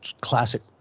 classic